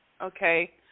okay